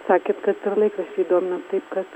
sakėt kad ir laikraščiai domina taip kad